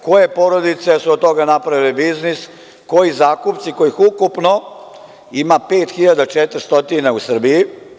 Koje su porodice od toga napravili biznis, koji zakupci kojih ukupno ima 5.400 u Srbiji?